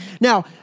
Now